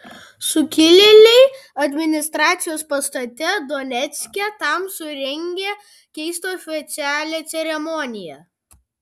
sukilėliai administracijos pastate donecke tam surengė keistą oficialią ceremoniją